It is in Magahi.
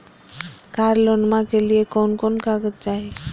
कार लोनमा के लिय कौन कौन कागज चाही?